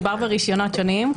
מדובר ברישיונות שונים.